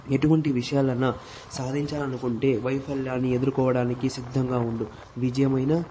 ఎటువంటి విషయాలన్నా సాధించాలనుకుంటే వైఫల్యాన్ని ఎదుర్కోవడానికి సిద్ధంగా ఉండు విజయమైన